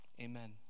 amen